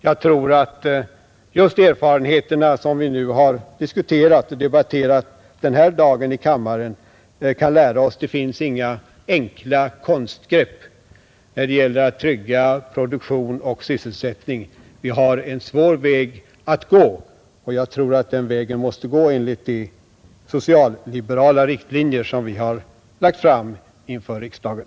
Jag tror att just de erfarenheter som vi den här dagen har diskuterat i kammaren kan lära oss att det inte finns några enkla konstgrepp när det gäller att trygga produktion och sysselsättning. Vi har en svår väg att gå, och jag tror att vi på den vägen måste följa de socialliberala riktlinjer som vi har lagt fram inför riksdagen.